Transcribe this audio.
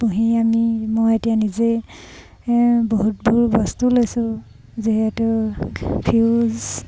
পুহি আমি মই এতিয়া নিজে বহুতবোৰ বস্তু লৈছোঁ যিহেতু ফিউজ